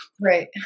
Right